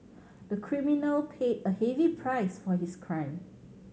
the criminal paid a heavy price for his crime